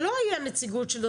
לא הייתה נציגות שלו.